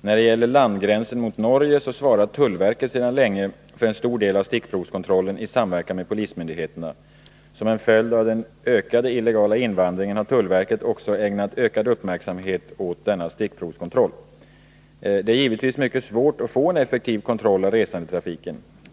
När det gäller landgränsen mot Norge svarar tullverket sedan länge för en stor del av stickprovskontrollen i samverkan med polismyndigheterna. Som en följd av den ökade illegala invandringen har tullverket också ägnat ökad uppmärksamhet åt denna stickprovskontroll. Det är givetvis mycket svårt att få en effektiv kontroll av resandetrafiken.